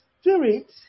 spirit